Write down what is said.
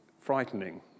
frightening